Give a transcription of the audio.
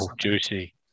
duty